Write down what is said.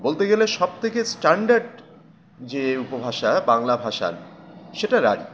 বলতে গেলে সব থেকে স্ট্যান্ডার্ট যে উপভাষা বাংলা ভাষার সেটার রাঢ়ী